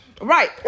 Right